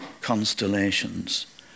constellations